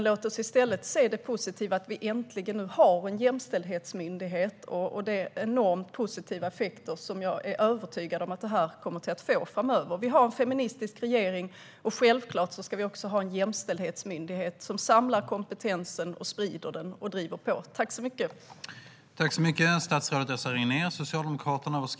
Låt oss i stället se det positiva att vi nu äntligen har en jämställdhetsmyndighet och de enormt positiva effekter som jag är övertygad om att det kommer att få framöver. Vi har en feministisk regering. Självklart ska vi också ha en jämställdhetsmyndighet som både samlar och sprider kompetensen och som driver på.